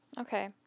Okay